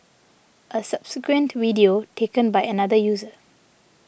a subsequent video taken by another user